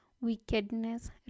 wickedness